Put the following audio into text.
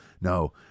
no